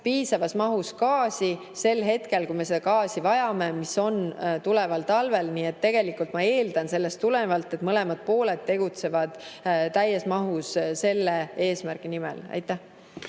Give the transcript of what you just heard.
piisavas mahus gaasi sel hetkel, kui me gaasi vajame, ehk tuleval talvel. Nii et tegelikult ma eeldan sellest tulenevalt, et mõlemad pooled tegutsevad täies mahus selle eesmärgi nimel. Aitäh!